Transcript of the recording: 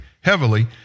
heavily